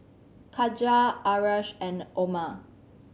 Katijah Asharaff and Omar